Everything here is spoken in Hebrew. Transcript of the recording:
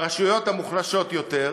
ברשויות המוחלשות יותר,